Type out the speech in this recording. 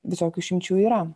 visokių išimčių yra